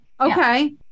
Okay